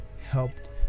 helped